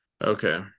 okay